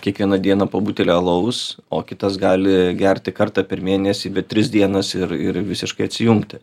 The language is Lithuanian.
kiekvieną dieną po butelį alaus o kitas gali gerti kartą per mėnesį bet tris dienas ir ir visiškai atsijungti